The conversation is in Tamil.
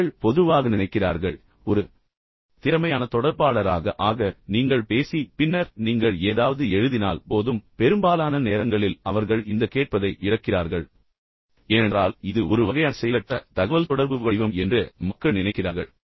மக்கள் பொதுவாக நினைக்கிறார்கள் ஒரு திறமையான தொடர்பாளராக ஆக நீங்கள் பேசி பின்னர் நீங்கள் ஏதாவது எழுதினால் போதும் பெரும்பாலான நேரங்களில் அவர்கள் இந்த கேட்பதை இழக்கிறார்கள் ஏனென்றால் இது ஒரு வகையான செயலற்ற தகவல்தொடர்பு வடிவம் என்று மக்கள் நினைக்கிறார்கள்